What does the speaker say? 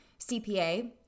CPA